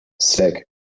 Sick